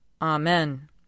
Amen